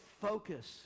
focus